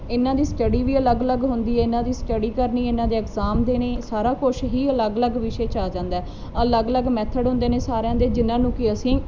ਇਹਨਾਂ ਦੀ ਸਟਡੀ ਵੀ ਅਲੱਗ ਅਲੱਗ ਹੁੰਦੀ ਹੈ ਇਹਨਾਂ ਦੀ ਸਟਡੀ ਕਰਨੀ ਇਹਨਾਂ ਦੇ ਐਗਜਾਮ ਦੇਣੇ ਸਾਰਾ ਕੁਛ ਹੀ ਅਲੱਗ ਅਲੱਗ ਵਿਸ਼ੇ 'ਚ ਆ ਜਾਂਦਾ ਅਲੱਗ ਅਲੱਗ ਮੈਥਡ ਹੁੰਦੇ ਨੇ ਸਾਰਿਆਂ ਦੇ ਜਿਹਨਾਂ ਨੂੰ ਕਿ ਅਸੀਂ